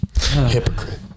hypocrite